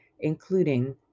including